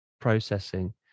processing